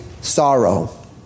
sorrow